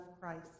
Christ